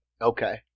Okay